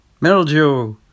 Mildew